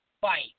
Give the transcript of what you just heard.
fight